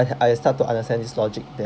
I I start to understand this logic that